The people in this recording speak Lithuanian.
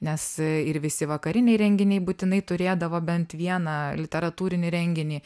nes ir visi vakariniai renginiai būtinai turėdavo bent vieną literatūrinį renginį